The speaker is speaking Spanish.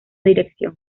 dirección